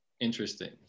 interesting